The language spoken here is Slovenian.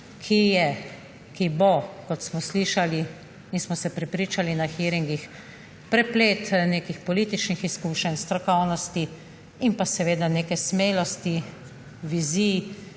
ekipa, ki bo, kot smo slišali in smo se prepričali na hearingih, preplet nekih političnih izkušenj, strokovnosti in neke smelosti vizij,